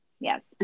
Yes